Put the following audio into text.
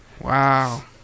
Wow